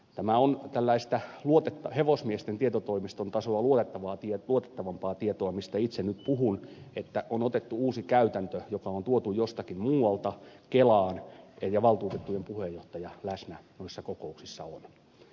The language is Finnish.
tämä on tällaista hevosmiesten tietotoimiston tasoa luotettavampaa tietoa mistä itse nyt puhun että on otettu uusi käytäntö joka on tuotu jostakin muualta kelaan ja valtuutettujen puheenjohtaja läsnä noissa kokouksissa on